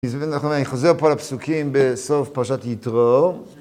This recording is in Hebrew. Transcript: בזמן האחרונה אני חוזר פה לפסוקים בסוף פרשת יתרו